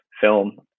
film